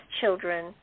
children